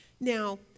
Now